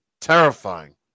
Terrifying